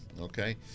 okay